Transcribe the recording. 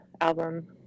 album